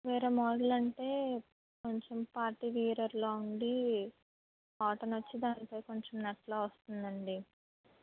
వేరే మోడల్ అంటే కొంచెం పార్టీవేర్ అట్లా ఉండి కాటన్ వచ్చి దానిపై కొంచెం నెట్లాగా వస్తుంది అండి